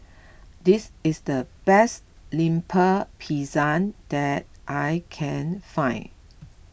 this is the best Lemper Pisang that I can find